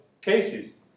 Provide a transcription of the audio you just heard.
cases